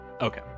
Okay